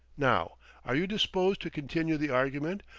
now are you disposed to continue the argument,